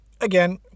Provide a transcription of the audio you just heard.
again